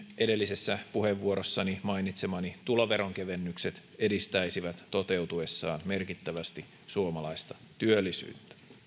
edellisessä puheenvuorossani mainitsemani tuloveronkevennykset edistäisivät toteutuessaan merkittävästi suomalaista työllisyyttä